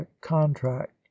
contract